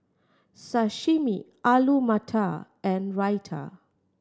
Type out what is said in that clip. Sashimi Alu Matar and Raita